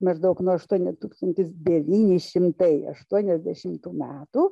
maždaug nuo aštuoni tūkstantis devyni šimtai aštuoniasdešimtų metų